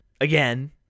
again